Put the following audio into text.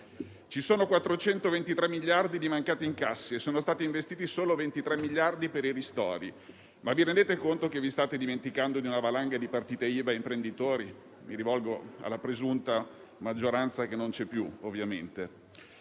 Ci sono 423 miliardi di mancati incassi e sono stati investiti solo 23 miliardi per i ristori. Ma vi rendete conto che vi state dimenticando della valanga di partite IVA e imprenditori? Mi rivolgo alla presunta maggioranza che non c'è più, ovviamente.